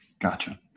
gotcha